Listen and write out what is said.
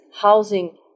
housing